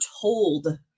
told